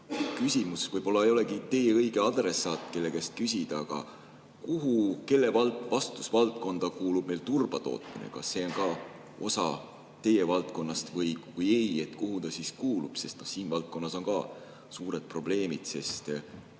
eest. Võib-olla ei olegi teie õige adressaat, kelle käest küsida, aga siiski küsin, kelle vastutusvaldkonda kuulub meil turbatootmine. Kas see on ka osa teie valdkonnast või kui ei, siis kuhu ta kuulub? Siin valdkonnas on ka suured probleemid, sest